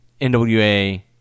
NWA